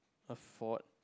for what